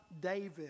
David